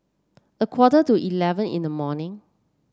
a quarter to eleven in the morning